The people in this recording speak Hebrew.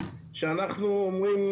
שאנחנו אומרים,